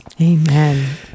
Amen